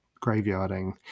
graveyarding